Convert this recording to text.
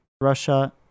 Russia